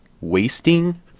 wasting